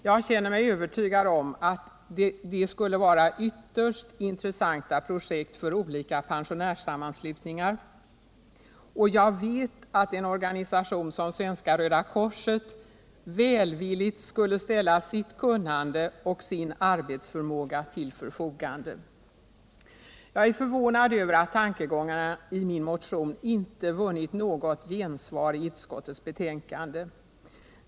Jag känner mig övertygad om att detta skulle vara ytterst intressanta projekt för olika pensionärssammanslutningar, och jag vet att en organisation som Svenska röda korset välvilligt skulle ställa sitt kunnande och sin arbetsförmåga till förfogande. Jag är förvånad över att tankegångarna i min motion inte vunnit något gensvar i utskottets betänkande.